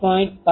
5Ω છે